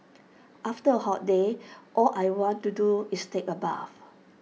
after A hot day all I want to do is take A bath